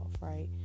right